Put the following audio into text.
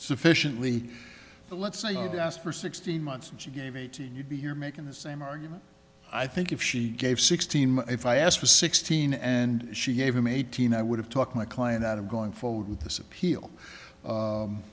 sufficiently let's say for sixteen months and she gave eighteen you'd be you're making the same argument i think if she gave sixteen if i asked for sixteen and she gave him eighteen i would have talked my client out of going forward with this appeal